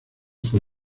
fue